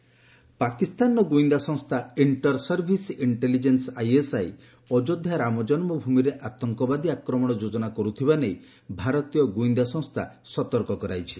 terrorist attack ପାକିସ୍ତାନର ଗୁଇନ୍ଦା ସଂସ୍ଥା inter service intelligence ISI Ayodhya ରାମଜନ୍କଭୂମିରେ ଆତଙ୍କବାଦୀ ଆକ୍ରମଣ ଯୋଜନା କରୁଥିବା ନେଇ ଭାରତୀୟ ଗୁଇନ୍ଦା ସଂସ୍ଥା ସତର୍କ କରାଇଛି